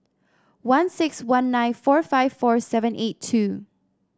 one six one nine four five four seven eight two